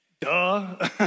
duh